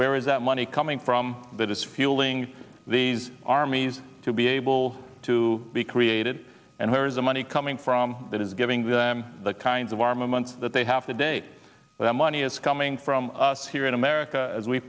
where is that money coming from that is fueling these armies to be able to be created and where is the money coming from that is giving them the kinds of armaments that they have today that money is coming from us here in america as we